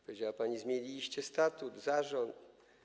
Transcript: Powiedziała pani: Zmieniliście statut i zarząd.